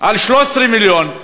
על 13 מיליון.